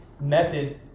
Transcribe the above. method